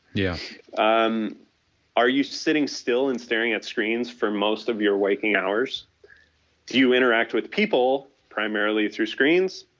yeah um are you sitting still and staring at screens for most of your waking hours? do you interact with people primarily through screens?